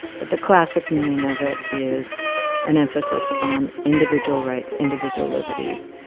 but the classic meaning of it is an emphasis on individual rights, individual liberties,